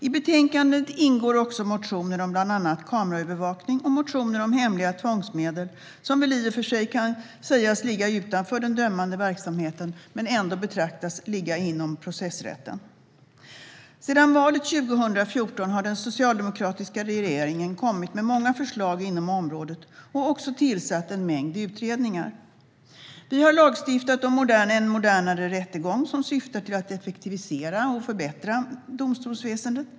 I betänkandet ingår också motioner om bland annat kameraövervakning och motioner om hemliga tvångsmedel, som väl i och för sig kan sägas ligga utanför den dömande verksamheten men som ändå betraktas som liggande inom processrätten. Sedan valet 2014 har den socialdemokratiska regeringen kommit med många förslag inom området och också tillsatt en mängd utredningar. Man har lagstiftat om en modernare rättegång som syftar till att effektivisera och förbättra domstolsväsendet.